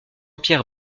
pierre